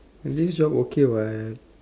this job okay what